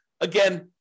Again